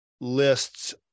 lists